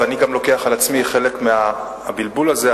ואני גם לוקח על עצמי חלק מהבלבול הזה,